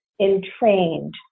entrained